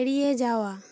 এড়িয়ে যাওয়া